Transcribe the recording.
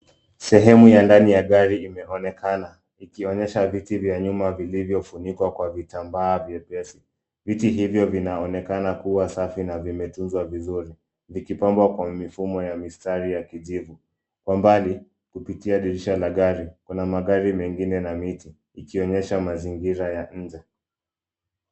Sehemu ya ndani ya gari imeonekana ikionyesha viti vya nyuma vilivyofunikwa kwa vitamba vyepesi. Viti hivyo vinaonekana kuwa safi na vimetunzwa vizuri zikipambwa kwa mifumo ya mistari ya kijivu. Kwa mbali kupitia dirisha la gari kuna magari mengine na miti ikionyesha mazingira ya nje.